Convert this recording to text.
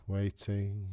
Waiting